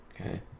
okay